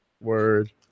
Word